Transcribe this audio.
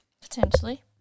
Potentially